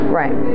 right